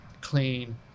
clean